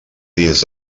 dins